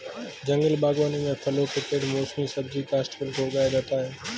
जंगल बागवानी में फलों के पेड़ मौसमी सब्जी काष्ठफल को उगाया जाता है